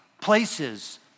places